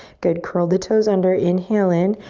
good, curl the toes under, inhale in.